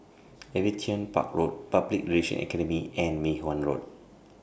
Aviation Park Road Public Relation Academy and Mei Hwan Road